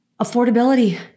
affordability